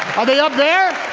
are they up there?